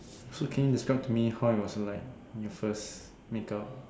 so can you describe to me how it was like your first make out